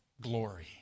glory